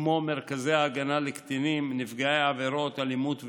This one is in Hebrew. כמו מרכזי ההגנה לקטינים נפגעי עבירות אלימות ומין,